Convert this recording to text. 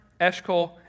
Eshkol